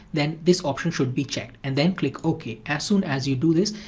then this option should be checked, and then click okay. as soon as you do this,